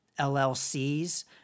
LLCs